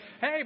hey